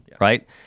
right